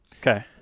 Okay